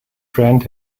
friend